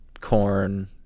corn